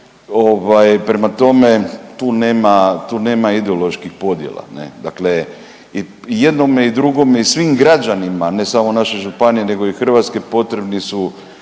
prema tome tu nema ideoloških podjela. Ne? Dakle i jednome i drugome i svim građanima ne samo naše županije, nego i Hrvatske potrebni su